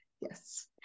Yes